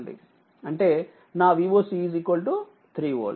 అంటేనాVoc 3వోల్ట్